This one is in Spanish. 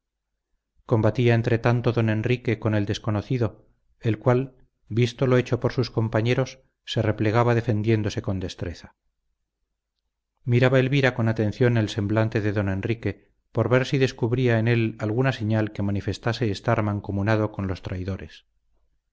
combatía entretanto don enrique con el desconocido el cual visto lo hecho por sus compañeros se replegaba defendiéndose con destreza miraba elvira con atención el semblante de don enrique por ver si descubría en él alguna señal que manifestase estar mancomunado con los traidores